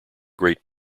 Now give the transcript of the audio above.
great